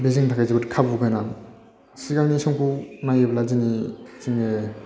बे जोंनि थाखाय जोबोद खाबु गोनां सिगांनि समखौ नायोब्ला दिनै जोङो